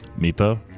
Meepo